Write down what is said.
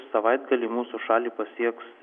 savaitgalį mūsų šalį pasieks